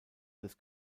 des